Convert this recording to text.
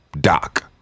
doc